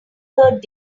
third